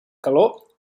calor